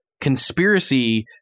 conspiracy